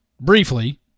briefly